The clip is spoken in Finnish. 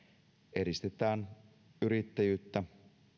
edistetään yrittäjyyttä